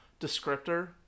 descriptor